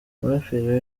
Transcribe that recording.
umuraperi